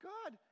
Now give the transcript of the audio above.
God